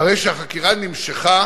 הרי שזו נמשכה